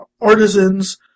Artisans